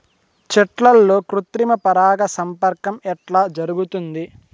చెట్లల్లో కృత్రిమ పరాగ సంపర్కం ఎట్లా జరుగుతుంది?